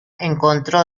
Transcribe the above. encontró